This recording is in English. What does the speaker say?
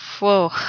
Whoa